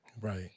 Right